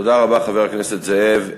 תודה רבה, חבר הכנסת זאב.